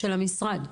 של המשרד.